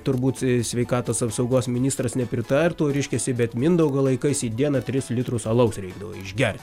turbūt sveikatos apsaugos ministras nepritartų reiškiasi bet mindaugo laikais į dieną tris litrus alaus reikdavo išger